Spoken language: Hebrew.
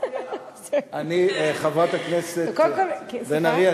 אני ממש מתחברת למה שחברת הכנסת גרמן אמרה.